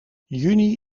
juni